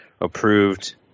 approved